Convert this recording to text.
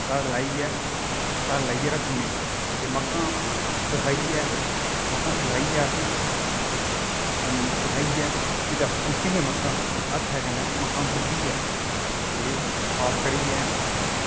तड़ लाईयै रक्खी ओड़नें ते मक्कां मक्कां सकाइयै अस सकाइयै ते फ्ही कुट्टियै अस मक्कां हत्थैं कन्नै मक्कां कुट्टियै ते साफ करियै